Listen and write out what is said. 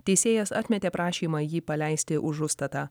teisėjas atmetė prašymą jį paleisti už užstatą